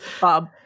Bob